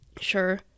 Sure